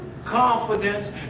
confidence